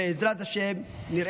ונאמר